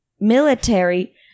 military